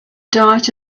diet